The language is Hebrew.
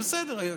בסדר.